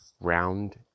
round